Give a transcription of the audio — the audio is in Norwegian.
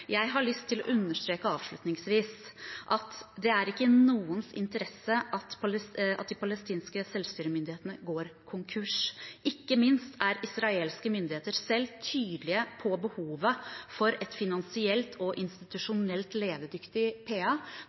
Jeg har avslutningsvis lyst til å understreke at det ikke er i noens interesse at de palestinske selvstyremyndighetene går konkurs. Ikke minst er israelske myndigheter selv tydelige på behovet for et finansielt og institusjonelt levedyktig PA.